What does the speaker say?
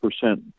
percent